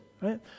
right